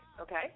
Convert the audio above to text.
okay